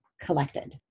collected